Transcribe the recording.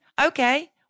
Okay